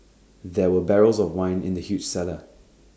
there were barrels of wine in the huge cellar